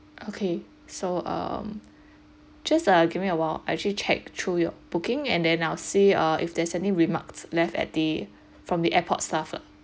okay so um just uh give me awhile I actually check through your booking and then I'll see uh if there's any remarks left at the from the airport staff ah